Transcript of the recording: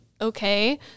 okay